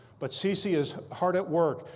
but cece is hard at work.